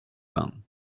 bains